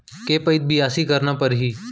के पइत बियासी करना परहि?